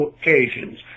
occasions